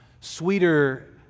sweeter